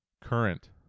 current